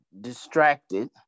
distracted